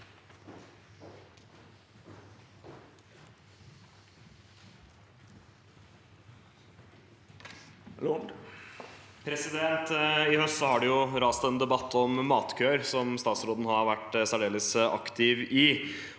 I høst har det rast en debatt om matkøer, som statsråden har vært særdeles aktiv i.